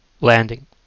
landing